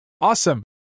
Awesome